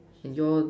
and your